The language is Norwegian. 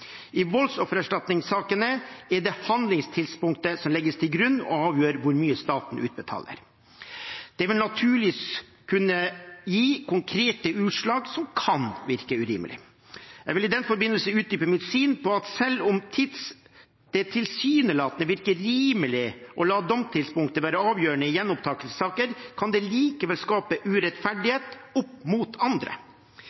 I voldsoffererstatningssakene er det handlingstidspunktet som legges til grunn og avgjør hvor mye staten utbetaler. Det vil naturligvis kunne gi konkrete utslag som kan virke urimelige. Jeg vil i den forbindelse utdype mitt syn på at selv om det tilsynelatende virker rimelig å la domstidspunktet være avgjørende i gjenopptakelsessaker, kan det likevel skape